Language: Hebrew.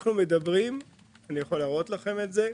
אני יכול להראות לכם את זה,